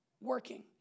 working